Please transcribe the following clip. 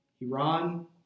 Iran